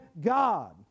God